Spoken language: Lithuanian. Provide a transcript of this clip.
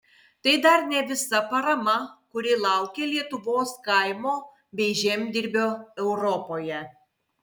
tai dar ne visa parama kuri laukia lietuvos kaimo bei žemdirbio europoje